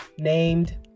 named